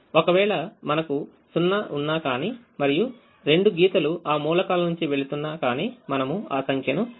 ఒకవేళ మనకు 0 ఉన్నా కానీ మరియు రెండు గీతలు ఆ మూలకాల నుంచి వెళుతున్న కానీ మనము ఆ సంఖ్యను పెంచుతాము